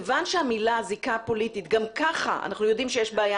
כיוון שהמילים זיקה פוליטית גם ככה אנחנו יודעים שיש בעיה